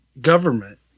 government